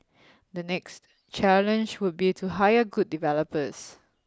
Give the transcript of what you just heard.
the next challenge would be to hire good developers